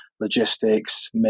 Logistics